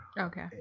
okay